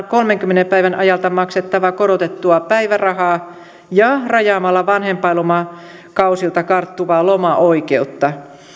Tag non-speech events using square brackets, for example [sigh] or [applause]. [unintelligible] kolmenkymmenen päivän ajalta maksettavaa korotettua vanhempainpäivärahaa ja rajaamalla vanhempainvapaakausilta karttuvaa lomaoikeutta